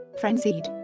frenzied